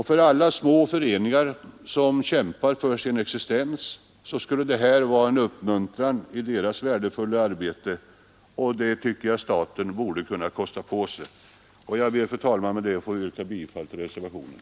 För alla små före ningar som kämpar för sin existens skulle detta vara en uppmuntran i deras värdefulla arbete, som jag tycker att staten borde kunna kosta på sig. Jag ber, fru talman, med detta att få yrka bifall till reservationen.